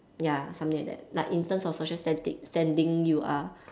ya something like that like in terms of social stand~ standing you are